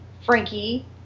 Frankie